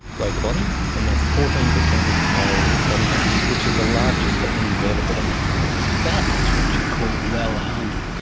weighed the body, and they are fourteen percent of the the male's body mass, which is the largest for any vertebrate on the planet. that is what you call well hung.